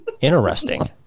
interesting